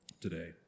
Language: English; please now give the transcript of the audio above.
today